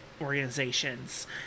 organizations